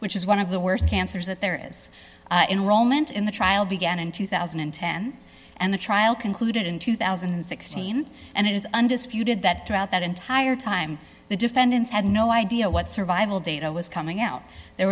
which is one of the worst cancers that there is in rome and in the trial began in two thousand and ten and the trial concluded in two thousand and sixteen and it is undisputed that throughout that entire time the defendants had no idea what survival data was coming out there